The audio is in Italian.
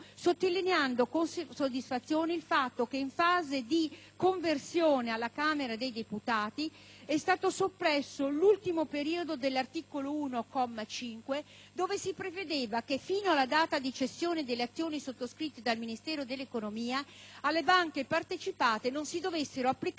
del provvedimento presso la Camera dei deputati, è stato soppresso l'ultimo periodo dell'articolo 1, comma 5, dove si prevedeva che, fino alla data di cessione delle azioni sottoscritte dal Ministero dell'economia, alle banche partecipate non si dovessero applicare le disposizioni speciali in materia di esercizio